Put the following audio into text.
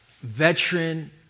veteran